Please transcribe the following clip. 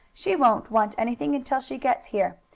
she won't want anything until she gets here.